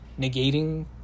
negating